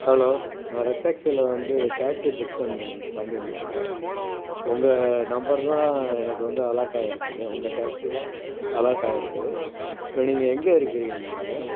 hello நான் red டாக்ஸில வந்து டாக்ஸி புக் பண்ணி பண்ணி இருந்தங்க உங்கள் நம்பர் தான் எனக்கு வந்து அலாடாயிருக்குங்க உங்கள் டாக்ஸி தான் அலாடாயி இருக்கு இப்போ நீங்கள் எங்கே இருக்குறீங்க